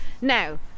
Now